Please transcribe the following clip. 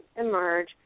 emerge